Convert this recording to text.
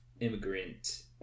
immigrant